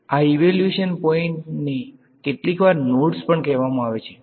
આ evaluation points ને કેટલીકવાર નોડ્સ પણ કહેવામાં આવે છે